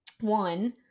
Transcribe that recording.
One